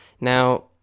now